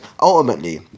ultimately